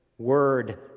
Word